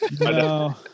No